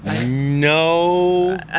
no